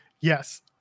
Yes